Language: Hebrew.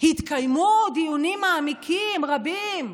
התקיימו דיונים מעמיקים רבים.